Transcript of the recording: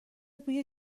بوی